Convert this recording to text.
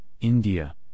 India